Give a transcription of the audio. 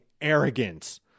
arrogance